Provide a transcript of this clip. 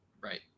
Right